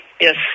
Yes